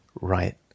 Right